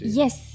yes